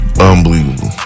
Unbelievable